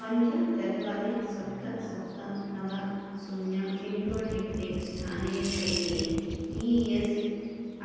पञ्च चत्वारि सप्त सप्त नव शून्यं पिन्कोड्युक्ते स्थानीयक्षेत्रे ई एस्